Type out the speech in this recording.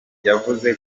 yavuze